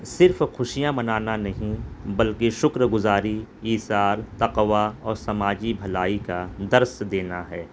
صرف خوشیاں منانا نہیں بلکہ شکر گزاری ایثار تقوی اور سماجی بھلائی کا درس دینا ہے